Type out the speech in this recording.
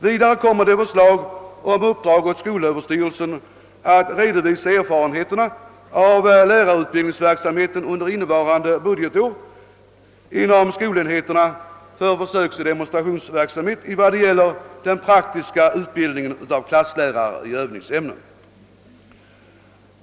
Vidare kommer förslag att framläggas om uppdrag åt skolöverstyrelsen att redovisa erfarenheterna av lärarutbildningsverksamheten under budgetåret 1968/69 inom skolenheterna för försöksoch demonstrationsverksamhet i vad gäller den praktiska utbildningen av klasslärare i övningsämnen.